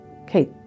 Okay